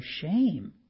shame